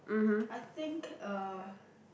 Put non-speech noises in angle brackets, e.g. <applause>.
I think uh <breath>